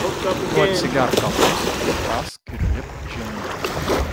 tu atsigerk kavos užkąsk ir lipk žemyn